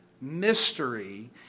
mystery